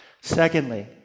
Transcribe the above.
Secondly